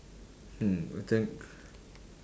hmm I think